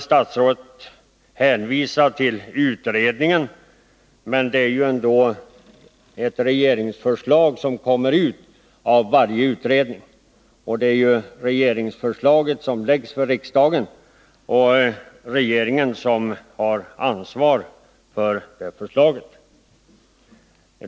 Statsrådet kan hänvisa till utredningen. Men det är ändå ett regeringsförslag som läggs fram för riksdagen, och regeringen har ansvar för det förslaget.